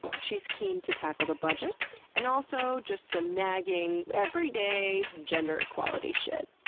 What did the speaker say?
she's keen to tackle the budget and also just some nagging everyday gender equality shit.